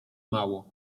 mało